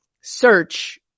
search